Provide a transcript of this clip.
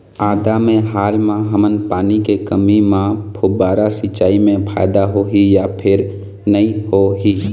आदा मे हाल मा हमन पानी के कमी म फुब्बारा सिचाई मे फायदा होही या फिर नई होही?